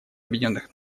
объединенных